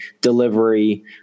delivery